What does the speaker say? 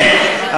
כן.